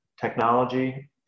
technology